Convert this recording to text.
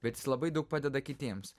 bet jis labai daug padeda kitiems